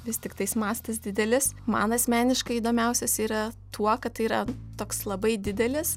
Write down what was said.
vis tiktais mastas didelis man asmeniškai įdomiausias yra tuo kad tai yra toks labai didelis